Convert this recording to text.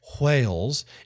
whales